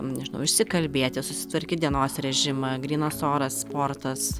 nežinau išsikalbėti susitvarkyt dienos režimą grynas oras sportas